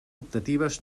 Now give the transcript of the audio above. optatives